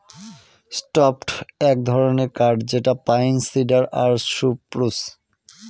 softwood এক ধরনের কাঠ যেটা পাইন, সিডার আর সপ্রুস